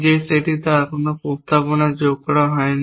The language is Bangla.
যে সেটটিতে আর কোন প্রস্তাবনা যোগ করা হয়নি